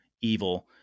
evil